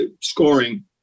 scoring –